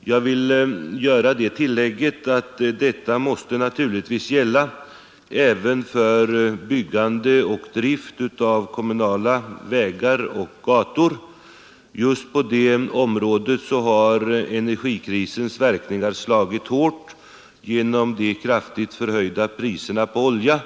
Jag vill göra det tillägget att detta naturligtvis måste gälla även för byggande och drift av kommunala vägar och gator. Just på det området har energikrisens verkningar slagit hårt genom de kraftigt förhöjda priserna på olja,